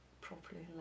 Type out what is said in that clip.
properly